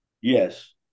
Yes